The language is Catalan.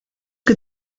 que